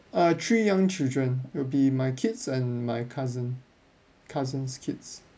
err three young children will be my kids and my cousin cousin's kids